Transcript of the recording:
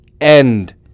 end